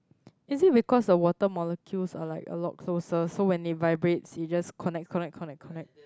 is it because of water molecules are like a lot closer so when they vibrates it justs connect connect connect connect